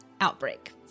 outbreak